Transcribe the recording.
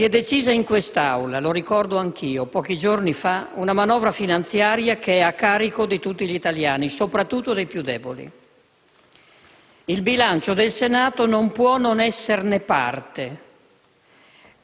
si è decisa in quest'Aula - lo ricordo anch'io - una manovra finanziaria che è a carico di tutti gli italiani, soprattutto dei più deboli. Il bilancio del Senato non può non esserne parte.